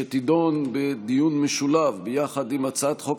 שתידון בדיון משולב ביחד עם הצעת חוק